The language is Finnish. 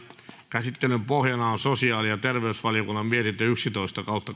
käsittelyn pohjana on sosiaali ja terveysvaliokunnan mietintö yksitoista